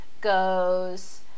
goes